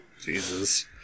Jesus